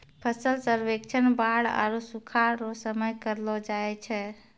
फसल सर्वेक्षण बाढ़ आरु सुखाढ़ रो समय करलो जाय छै